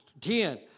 Ten